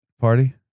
party